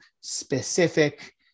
specific